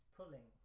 pulling